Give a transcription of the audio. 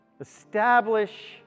Establish